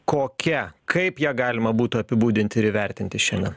kokia kaip ją galima būtų apibūdinti ir įvertinti šiandien